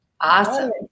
Awesome